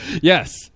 Yes